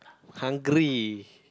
hungry